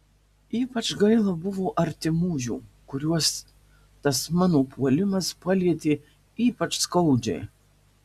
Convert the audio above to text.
ypač gaila buvo artimųjų kuriuos tas mano puolimas palietė ypač skaudžiai